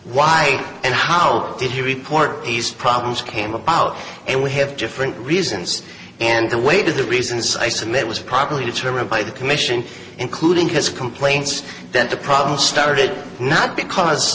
why and how did he report he's problems came about and we have different reasons and the way to the reasons i submit was probably determined by the commission including his complaints that the problem started not because